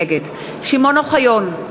נגד שמעון אוחיון,